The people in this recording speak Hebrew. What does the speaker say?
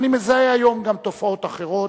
אני מזהה היום גם תופעות אחרות,